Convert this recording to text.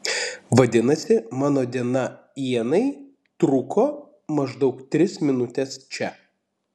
vadinasi mano diena ienai truko maždaug tris minutes čia